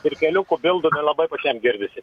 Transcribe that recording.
ir keliuku bildu nelabai pačiam girdisi